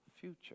future